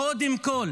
קודם כול